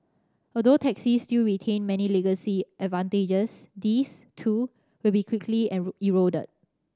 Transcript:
although taxis still retain many legacy advantages these too will be quickly eroded